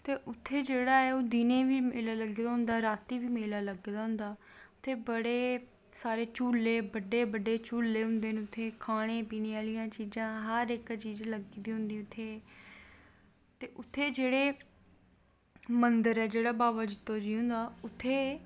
ते उत्थें जेह्ड़ा दिनैं बी मेला लग्गे दा होंदा रातीं बी लग्गे दा होंदा उत्थें बड़े सारे झूल्ले बड्डे बड्डे झूले होंदे न खाने पीने आह्लियां चीजां हर चीज लग्गी दी होंदी उत्थें जेह्ड़ा मन्दर ऐ बाबा जित्तो हुदा उत्थें